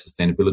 sustainability